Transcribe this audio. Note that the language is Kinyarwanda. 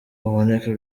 uboneka